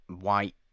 white